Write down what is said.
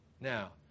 Now